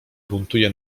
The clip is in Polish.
buntuje